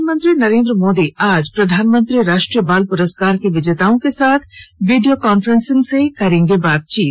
प्रधानमंत्री नरेंद्र मोदी आज प्रधानमंत्री राष्ट्रीय बाल पुरस्कार के विजेताओं के साथ वीडियो कॉन्फ्रेंस से करेंगे बातचीत